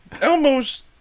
Elmo's